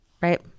right